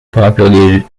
populated